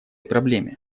проблеме